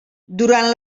durant